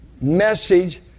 message